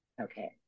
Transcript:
Okay